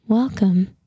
Welcome